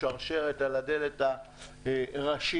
שרשרת על הדלת הראשית,